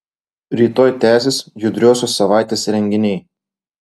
rytoj tęsis judriosios savaitės renginiai